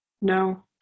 No